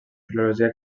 filologia